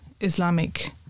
islamic